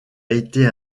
été